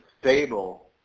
stable